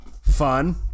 fun